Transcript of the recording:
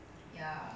省钱